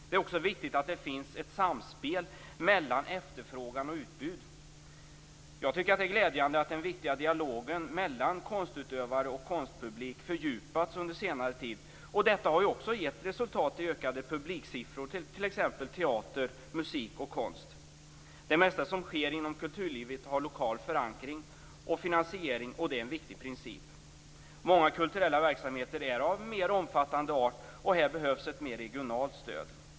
Det är också viktigt att det finns ett samspel mellan efterfrågan och utbud. Jag tycker att det är glädjande att den viktiga dialogen mellan konstutövare och konstpublik fördjupats under senare tid, och detta har också givit resultat i ökade publiksiffror t.ex. inom teater, musik och konst. Det mesta som sker inom kulturlivet har lokal förankring och finansiering, och det är en viktig princip. Många kulturella verksamheter är av mer omfattande art och här behövs ett mer regionalt stöd.